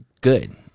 good